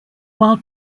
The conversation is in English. while